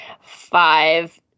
five